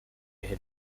hervé